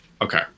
Okay